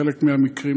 בחלק מהמקרים,